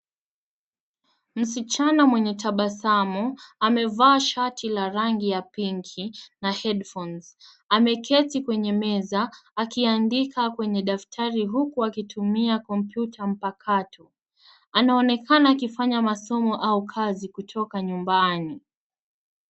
Msichana mwenye tabasamu amevaa shati la rangi ya (cs)pinki(cs) na (cs)headphones(cs). Ameketi kwenye meza akiandika kwenye daftari huku akitumia kompyuta mpakato. Anaonekana akifanya masomo au kazi kutoka nyumbani.